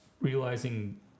realizing